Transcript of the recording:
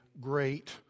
great